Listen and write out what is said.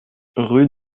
rue